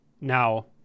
Now